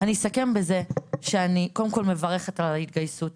אני אסכם בזה שאני קודם כל מברכת על ההתגייסות,